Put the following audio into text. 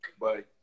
Bye